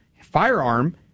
firearm